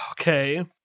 Okay